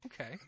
Okay